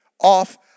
off